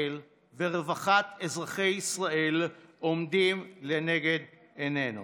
ישראל ורווחת אזרחי ישראל עומדות לנגד עינינו.